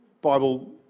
Bible